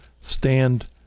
stand